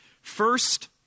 First